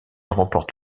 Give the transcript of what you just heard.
remporte